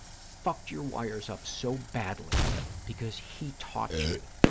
fucked your wires up so badly because he taught you